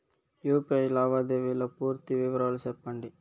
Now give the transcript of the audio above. UPI లావాదేవీల పూర్తి వివరాలు సెప్పండి?